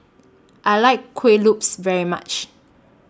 I like Kuih Lopes very much